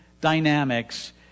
dynamics